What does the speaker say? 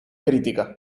crítica